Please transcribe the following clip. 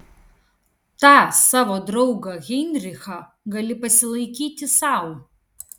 tą savo draugą heinrichą gali pasilaikyti sau